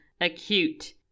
acute